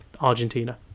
argentina